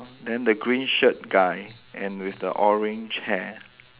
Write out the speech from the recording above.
then the green shirt guy and with the orange hair